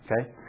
Okay